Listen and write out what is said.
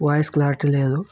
voice clarity లేదు